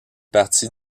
partie